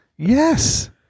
yes